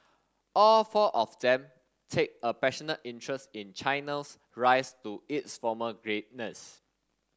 all four of them take a passionate interest in China's rise to its former greatness